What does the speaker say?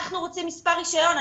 אנחנו רוצים מספר רישיון.